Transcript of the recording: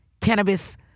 cannabis